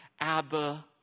Abba